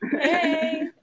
Hey